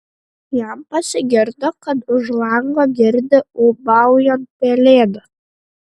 jam pasigirdo kad už lango girdi ūbaujant pelėdą